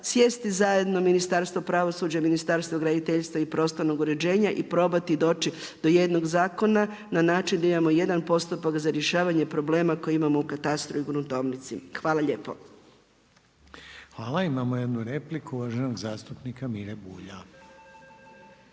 sjesti zajedno Ministarstvo pravosuđa i Ministarstvo graditeljstva i prostornog uređenja i probati doći do jednog zakona na način da imamo jedna postupak za rješavanje problema koji imamo u katastru i gruntovnici. Hvala lijepo. **Reiner, Željko (HDZ)** Hvala. Imamo jednu repliku, uvaženog zastupnika Mire Bulja.